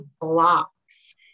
blocks